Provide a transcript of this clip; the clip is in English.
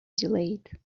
delayed